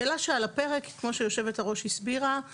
השאלה שעל הפרק, כמו שיושבת-הראש הסבירה, היא: